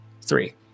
three